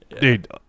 dude